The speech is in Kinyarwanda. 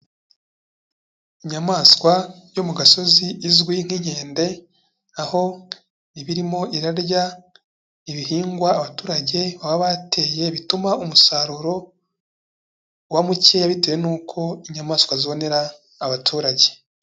Inyamaswa yo mu gasozi izwi nk'inkende, aho iba irimo irarya ibihingwa abaturage baba bateye bituma umusaruro uba mukeya bitewe n'uko inyamaswa zonera abaturage.